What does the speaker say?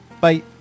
Bye